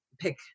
pick